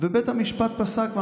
ובית המשפט פסק.